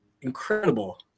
incredible